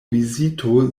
vizito